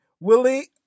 Willie